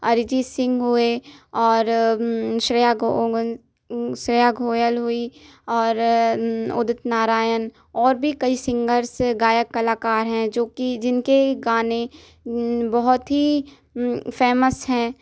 अरिजीत सिंह हुए और श्रेया श्रेया घोयल और उदित नारायण और भी कई सिंगर्स गायक कलाकार है जो कि जिनके गाने बहुत ही फेमस हैं